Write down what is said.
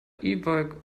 bike